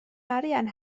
arian